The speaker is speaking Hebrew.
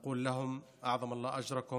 (אומר בערבית: אנו אומרים להם: האל יקל על צערכם,